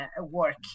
work